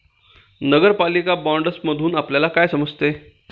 नगरपालिका बाँडसमधुन आपल्याला काय समजते?